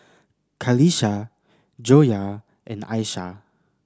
Qalisha Joyah and Aishah